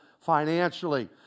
financially